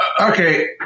Okay